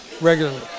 Regularly